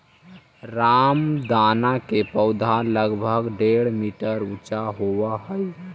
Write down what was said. रामदाना के पौधा लगभग डेढ़ मीटर ऊंचा होवऽ हइ